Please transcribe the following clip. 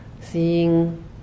seeing